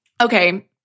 Okay